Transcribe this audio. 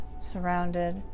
surrounded